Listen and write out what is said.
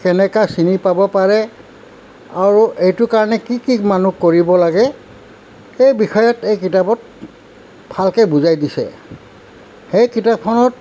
কেনেকৈ চিনি পাব পাৰে আৰু এইটো কাৰণে কি কি মানুহ কৰিব লাগে সেই বিষয়ত এই কিতাপত ভালকৈ বুজাই দিছে এই কিতাপখনত